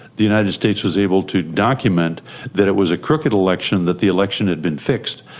the united states was able to document that it was a crooked election, that the election had been fixed.